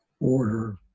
order